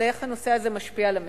איך הנושא הזה משפיע על המשק,